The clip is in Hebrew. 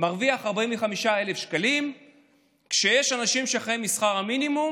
מרוויח 45,000 שקלים כשיש אנשים שחיים משכר המינימום,